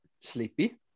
sleepy